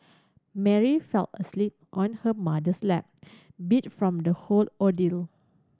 Mary fell asleep on her mother's lap beat from the whole ordeal